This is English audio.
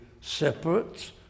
separate